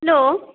hello